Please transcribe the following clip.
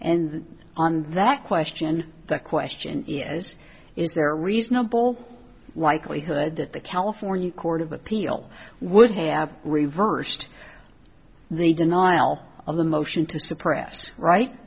and on that question the question is is there a reasonable likelihood that the california court of appeal would have reversed the denial of the motion to suppress right